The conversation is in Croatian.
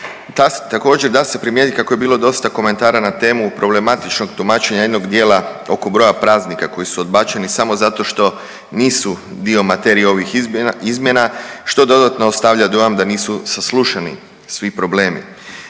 Također da se primijetiti kako je bilo dosta komentara na temu problematičnog tumačenja jednog dijela oko broja praznika koji su odbačeni samo zato što nisu dio materije ovih izmjena što dodatno ostavlja dojam da nisu saslušani svi problemi.